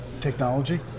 technology